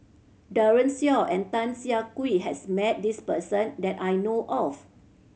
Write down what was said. Daren Shiau and Tan Siah Kwee has met this person that I know of